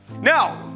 now